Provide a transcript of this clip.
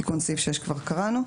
את תיקון סעיף 6 כבר קראנו.